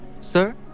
Sir